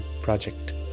project